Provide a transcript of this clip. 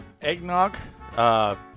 Eggnog